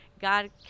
God